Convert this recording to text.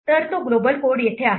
तर तो global code येथे आहे